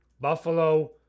Buffalo